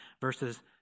verses